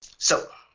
so